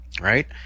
right